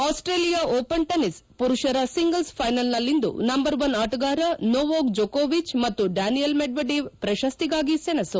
Australia open tennis ಪುರುಷರ singles ಫೈನಲ್ನಲ್ಲಿಂದು number one ಆಟಗಾರ ನೊವಾಕ್ ಜೊಕೊವಿಚ್ ಮತ್ತು ಡ್ಲಾನಿಲ್ ಮೆಡ್ವೆಡೇವ್ ಪ್ರಶಸ್ತಿಗಾಗಿ ಸೆಣಸು